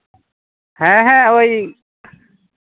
ᱦᱮᱸ ᱦᱮᱸ ᱳᱭ